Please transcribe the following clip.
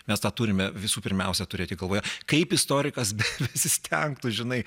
mes tą turime visų pirmiausia turėti galvoje kaip istorikas besistengtų žinai